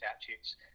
statutes